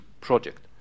project